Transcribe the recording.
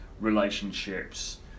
relationships